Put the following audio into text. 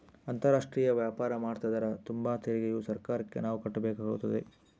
ಅಂತಾರಾಷ್ಟ್ರೀಯ ವ್ಯಾಪಾರ ಮಾಡ್ತದರ ತುಂಬ ತೆರಿಗೆಯು ಸರ್ಕಾರಕ್ಕೆ ನಾವು ಕಟ್ಟಬೇಕಾಗುತ್ತದೆ